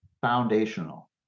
foundational